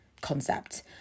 concept